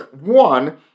One